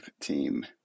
team